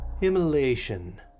Immolation